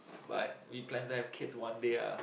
but we plan to have kids one day ah